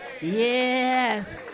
Yes